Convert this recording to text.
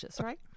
right